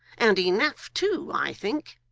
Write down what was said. and enough too, i think